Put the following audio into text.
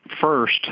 First